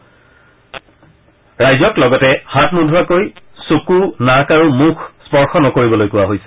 জনসাধাৰণক লগতে হাত নোধোৱাকৈ চকু নাক আৰু মুখ স্পৰ্শ নকৰিবলৈ কোৱা হৈছে